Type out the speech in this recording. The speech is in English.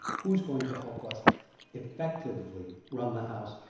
who's going to help us effectively run the house,